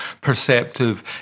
perceptive